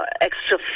extra